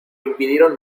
impidieron